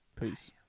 Peace